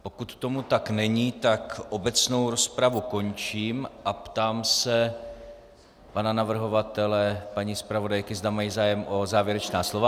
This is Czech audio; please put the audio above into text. Pokud tomu tak není, obecnou rozpravu končím a ptám se pana navrhovatele, paní zpravodajky, zda mají zájem o závěrečná slova.